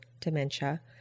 dementia